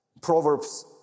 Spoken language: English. Proverbs